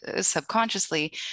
subconsciously